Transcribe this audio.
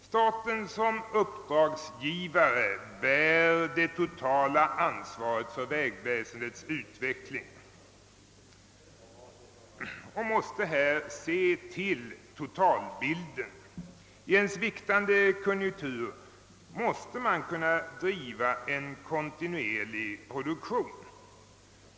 Staten som uppdragsgivare bär det totala ansvaret för vägväsendets utveckling och måste se till totalbilden. I en sviktande konjunktur måste man kunna driva en kontinuerlig produktion.